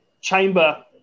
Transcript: chamber